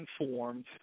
informed